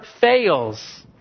fails